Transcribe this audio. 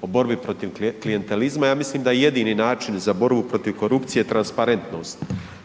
o borbi protiv klijentelizma i ja mislim da je jedini način za borbu protiv korupcije transparentnost,